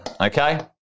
okay